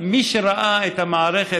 מי שראה את המערכת,